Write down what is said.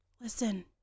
listen